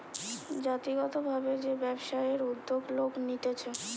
জাতিগত ভাবে যে ব্যবসায়ের উদ্যোগ লোক নিতেছে